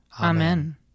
Amen